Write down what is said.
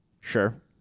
Sure